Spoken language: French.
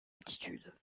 attitude